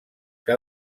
que